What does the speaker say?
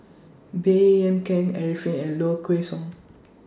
Baey Yam Keng Arifin and Low Kway Song